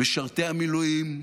משרתי המילואים,